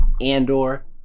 Andor